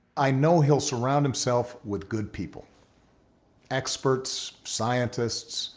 i know he'll surround himself with good people experts, scientists,